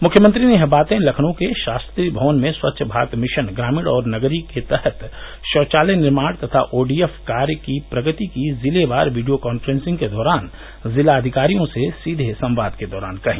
मुख्यमंत्री ने यह बातें लखनऊ के शास्त्री भवन में स्वच्छ भारत मिशन ग्रामीण और नगरीय के तहत शौचालय निर्माण तथा ओडीएफ कार्य की प्रगति की जिलेवार वीडियो कॉन्फ्रेंसिंग के दौरान जिलाधिकारियों से सीधे संवाद के दौरान कही